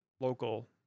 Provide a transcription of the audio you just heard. local